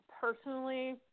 personally